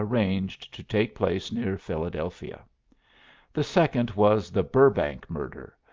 arranged to take place near philadelphia the second was the burrbank murder,